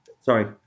Sorry